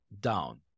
down